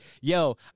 yo